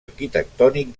arquitectònic